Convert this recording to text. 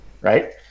right